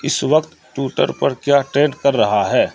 اس وقت ٹویٹر پر کیا ٹرینڈ کر رہا ہے